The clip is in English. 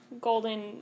Golden